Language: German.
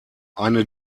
eine